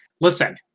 Listen